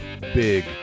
big